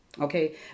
Okay